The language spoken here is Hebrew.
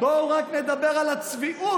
בואו רק נדבר על הצביעות